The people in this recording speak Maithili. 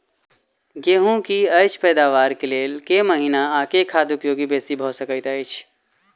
गेंहूँ की अछि पैदावार केँ लेल केँ महीना आ केँ खाद उपयोगी बेसी भऽ सकैत अछि?